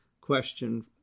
question